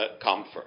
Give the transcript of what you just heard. comfort